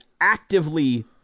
actively